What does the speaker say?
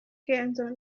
kenzo